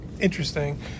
interesting